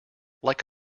like